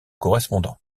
correspondant